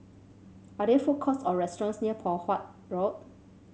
are there food courts or restaurants near Poh Huat Road